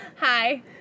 Hi